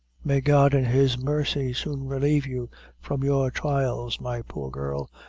may god in his mercy soon relieve you from your thrials, my poor girl,